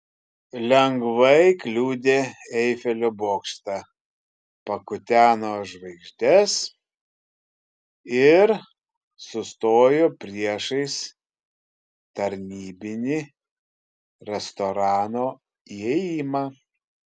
lengvai kliudė eifelio bokštą pakuteno žvaigždes ir sustojo priešais tarnybinį restorano įėjimą